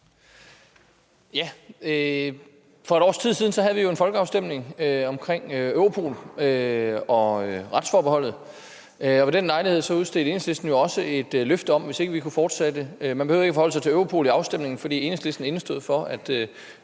For et års tid siden havde vi jo en folkeafstemning om Europol og retsforbeholdet, og ved den lejlighed udstedte Enhedslisten et løfte: Man behøvede ikke at forholde sig til Europol i afstemningen, for Enhedslisten indestod for, at